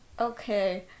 Okay